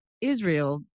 Israel